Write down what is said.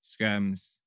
Scams